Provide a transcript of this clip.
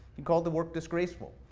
he called the work disgraceful.